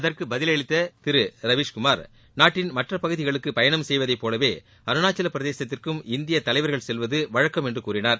அதற்குபதிலளித்ததிருரவீஸ்குமார் நாட்டின் மற்றபகுதிகளுக்குபயணம் செய்வதைபோலவே அருணாச்சலப்பிரதேசத்திற்கும் இந்தியதலைவர்கள் செல்வதுவழக்கம் என்றுகூறினார்